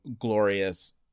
glorious